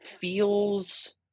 feels